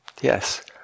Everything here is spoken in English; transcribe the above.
Yes